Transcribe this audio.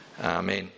amen